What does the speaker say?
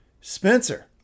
Spencer